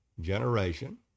generation